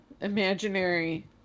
imaginary